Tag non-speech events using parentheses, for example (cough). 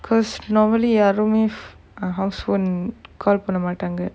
because normally யாருமே:yaarumae (noise) err house phone call பண்ண மாட்டாங்க:panna maattaanga